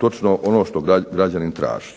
točno ono što građanin traži.